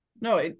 No